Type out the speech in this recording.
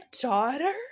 daughter